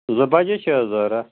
زٕ بَجے چھِ حظ ضروٗرت